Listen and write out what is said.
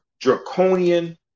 draconian